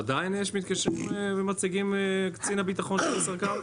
עדיין יש שמתקשרים ומציגים קצין הביטחון של ישראכרט?